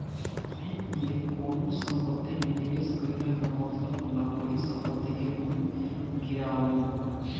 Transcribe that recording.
वित्त में कवनो संपत्ति में निवेश कईला कअ मतलब होला परिसंपत्ति के मूल्य गिरावल